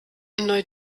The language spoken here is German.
neu